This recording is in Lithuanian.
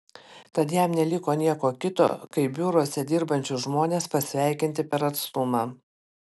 tad jam neliko nieko kito kaip biuruose dirbančius žmones pasveikinti per atstumą